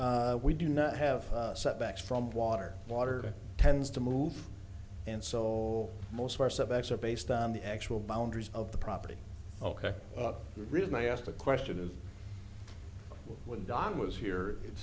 then we do not have set backs from water water tends to move and so most of our setbacks are based on the actual boundaries of the property ok the reason i asked the question is when don was here it